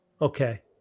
Okay